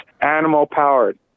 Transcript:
animal-powered